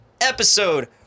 episode